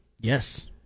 Yes